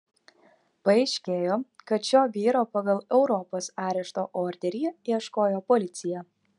paaiškėjo kad šio vyro pagal europos arešto orderį ieškojo policija